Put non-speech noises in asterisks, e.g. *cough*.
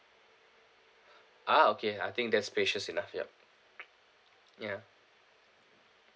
*breath* ah okay I think that's spacious enough ya *noise* ya